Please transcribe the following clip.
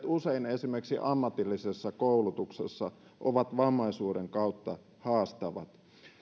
usein olosuhteet esimerkiksi ammatillisessa koulutuksessa ovat vammaisuuden kautta haastavat